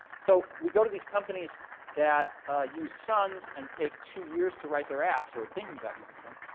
so we go to these companies that use suns and take two years to write their apps or are thinking about using suns,